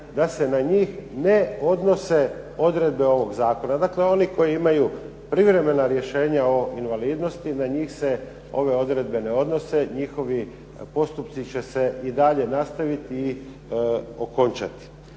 da se na njih ne odnose odredbe ovog zakona. Dakle, oni koji imaju privremena rješenja o invalidnosti na njih se ove odredbe ne odnose. Njihovi postupci će se i dalje nastaviti i okončati.